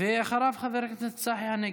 ואחריו, חבר הכנסת צחי הנגבי.